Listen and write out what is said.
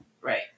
right